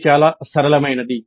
ఇది చాలా సరళమైనది